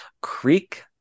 Creek